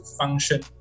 function